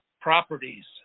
properties